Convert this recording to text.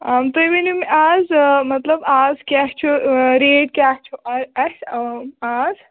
تُہۍ ؤنِو مےٚ آز مطلب آز کیٛاہ چھُ ریٹ کیٛاہ چھُ اَسہِ آز